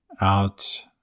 out